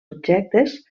objectes